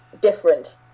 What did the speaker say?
different